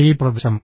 സമീപപ്രദേശം